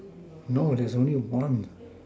no there's only one